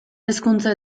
hezkuntza